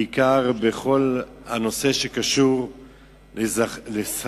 בעיקר בכל הנושא שקשור לשכר